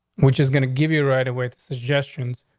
which is gonna give you right away suggestions.